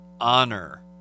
honor